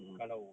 mm mm